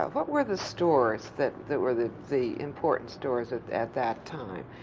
ah what were the stores that that were the the important stores at at that time?